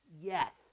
yes